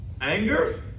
anger